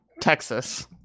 Texas